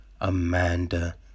Amanda